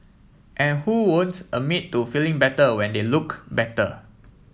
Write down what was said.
and who admit to feeling better when they look better